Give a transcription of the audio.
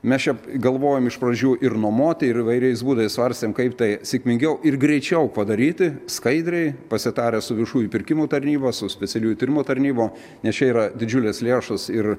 mes čia galvojom iš pradžių ir nuomoti ir įvairiais būdais svarstėm kaip tai sėkmingiau ir greičiau padaryti skaidriai pasitarę su viešųjų pirkimų tarnyba su specialiųjų tyrimų tarnyba nes čia yra didžiulės lėšos ir